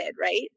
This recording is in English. right